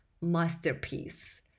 masterpiece